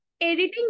editing